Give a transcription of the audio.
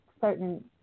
certain